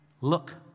look